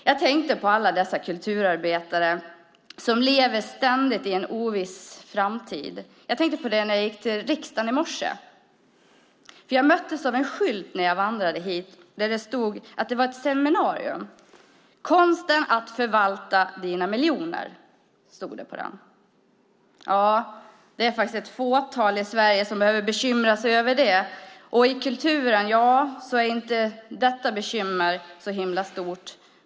Jag tänker på alla de kulturarbetare som ständigt lever med en oviss framtid. Jag tänkte på dem när jag gick till riksdagen i morse. Jag möttes nämligen av en skylt när jag vandrade hit där det stod om ett seminarium; Konsten att förvalta dina miljoner, stod det på skylten. Det är bara ett fåtal i Sverige som behöver bekymra sig om det, och inom kulturområdet är det bekymret inte stort.